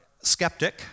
skeptic